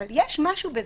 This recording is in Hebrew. אבל יש משהו בזה,